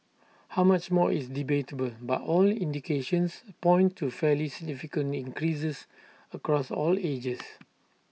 how much more is debatable but all indications point to fairly significant increases across all ages